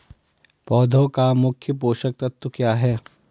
पौधें का मुख्य पोषक तत्व क्या है?